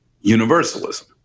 universalism